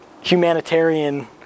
humanitarian